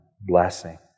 blessing